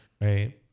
right